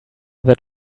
that